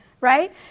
Right